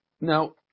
Now